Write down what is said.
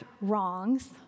wrongs